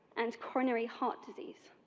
and coronary heart disease.